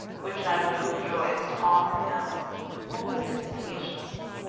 which had no joys to offer him only dissipations.